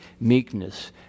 meekness